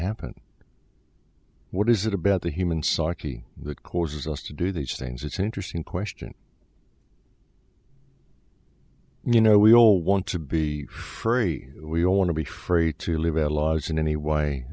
happen what is it about the human psyche that causes us to do these things it's an interesting question you know we all want to be free we all want to be free to live our lives in any way